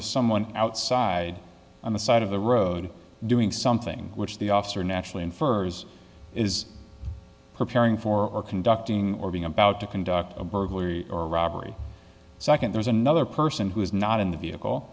was someone outside on the side of the road doing something which the officer naturally infers is preparing for or conducting or being about to conduct a burglary or robbery second there's another person who is not in the vehicle